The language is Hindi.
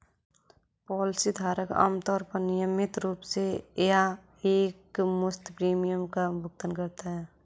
पॉलिसी धारक आमतौर पर नियमित रूप से या एकमुश्त प्रीमियम का भुगतान करता है